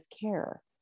care